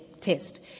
test